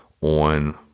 on